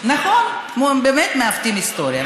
נכון, הם באמת מעוותים היסטוריה,